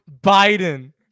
Biden